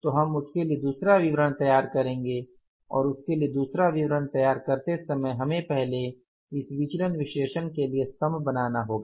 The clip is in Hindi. तो हम उसके लिए दूसरा विवरण तैयार करेंगे और उसके लिए दूसरा विवरण तैयार करते समय हमें पहले इस विचलन विश्लेषण के लिए स्तम्भ बनाना होगा